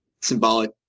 symbolic